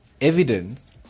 evidence